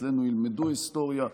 אצלנו ילמדו היסטוריה.